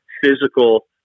physical